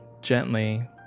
gently